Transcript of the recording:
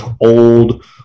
old